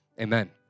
Amen